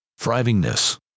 thrivingness